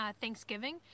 Thanksgiving